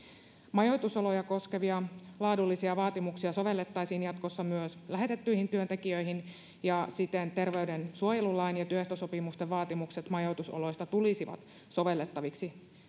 majoitusoloja koskevia laadullisia vaatimuksia sovellettaisiin jatkossa myös lähetettyihin työntekijöihin ja siten terveydensuojelulain ja työehtosopimusten vaatimukset majoitusoloista tulisivat sovellettaviksi